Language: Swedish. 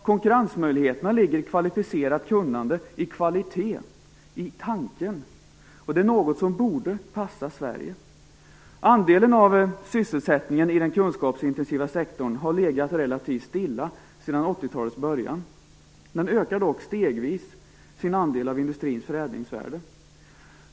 Konkurrensmöjligheterna ligger i kvalificerat kunnande och i kvalitet, i tanken - något som borde passa Andelen av sysselsättningen i den kunskapsintensiva sektorn har legat relativt stilla sedan 80-talets början men ökar stegvis sin andel av industrins förädlingsvärde.